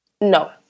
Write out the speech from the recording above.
No